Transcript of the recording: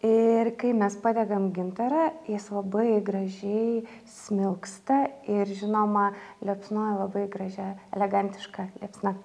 ir kai mes padedam gintarą jis labai gražiai smilksta ir žinoma liepsnoja labai gražia elegantiška liepsna